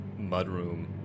mudroom